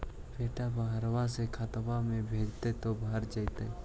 बेटा बहरबा से खतबा में भेजते तो भरा जैतय?